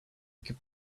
could